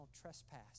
trespass